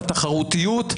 בתחרותיות,